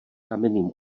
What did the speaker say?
kamenným